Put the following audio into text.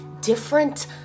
different